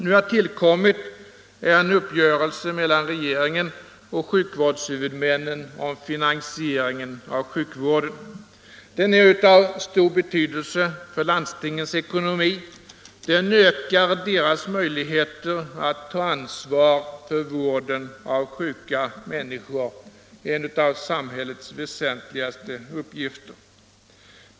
Nu har tillkommit en uppgörelse mellan regeringen och sjukvårdshuvudmännen om finansieringen av sjukvården. Den är av stor betydelse för landstingens ekonomi. Den ökar deras möjligheter att ta ansvar för vården av sjuka människor, en av samhällets väsentligaste uppgifter.